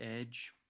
Edge